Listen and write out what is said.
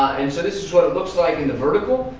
and so this is what it looks like in the vertical,